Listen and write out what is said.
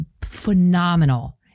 phenomenal